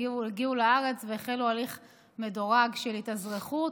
הגיעו לארץ והחלו הליך מדורג של התאזרחות.